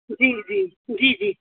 जी जी जी जी